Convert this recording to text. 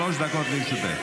שלוש דקות לרשותך.